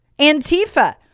Antifa